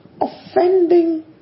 offending